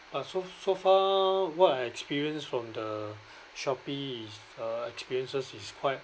uh so so far what I experience from the shopee is uh experiences is quite